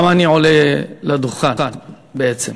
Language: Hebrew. למה אני עולה לדוכן בעצם